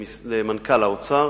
למשרד האוצר.